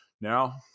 now